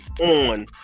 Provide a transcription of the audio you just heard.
on